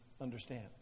understand